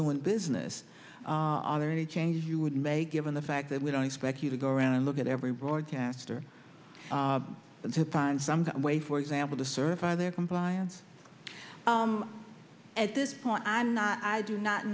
doing business are there any changes you would make given the fact that we don't expect you to go around and look at every broadcaster to find some way for example to certify their compliance at this point i do not